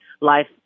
life